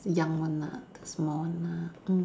young one ah the small one ah mm